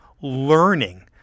Learning